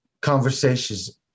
conversations